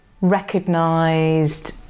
recognised